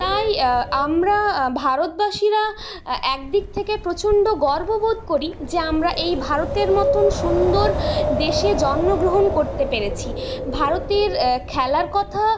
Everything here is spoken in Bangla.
তাই আমরা ভারতবাসীরা এক দিক থেকে প্রচণ্ড গর্ব বোধ করি যে আমরা এই ভারতের মতন সুন্দর দেশে জন্মগ্রহণ করতে পেরেছি ভারতের খেলার কথা